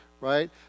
right